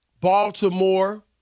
Baltimore